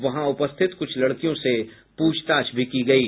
वहां उपस्थित कुछ लड़कियों से पूछताछ भी की गयी